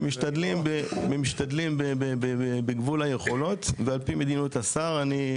ומשתדלים בגבול היכולות ועל פי מדיניות השר.